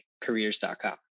careers.com